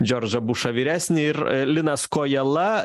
džordžą bušą vyresnįjį ir linas kojala